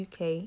UK